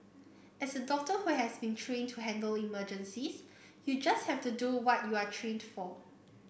as a doctor who has been trained to handle emergencies you just have to do what you are trained for